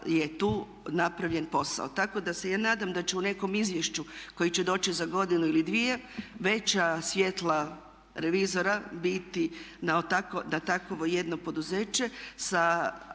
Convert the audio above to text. je tu napravljen posao. Tako da se ja nadam da će u nekom izvješću koje će doći za godinu ili dvije veća svjetla revizora biti da takvo jedno poduzeće sa